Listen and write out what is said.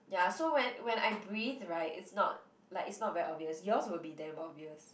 ya so when when I breathe [right] it's not like it's not very obvious yours will be damn obvious